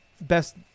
best